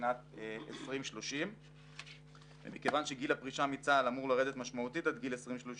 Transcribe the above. שנת 2030. ומכיוון שגיל הפרישה מצה"ל אמור לרדת משמעותית עד 2030,